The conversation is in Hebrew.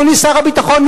אדוני שר הביטחון,